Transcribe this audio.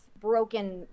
broken